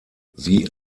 sie